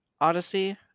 Odyssey